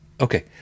okay